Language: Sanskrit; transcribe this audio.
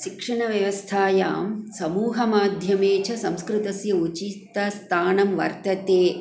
शिक्षणव्यवस्थायां समूहमाध्यमे च संस्कृतस्य उचितस्थानं वर्तते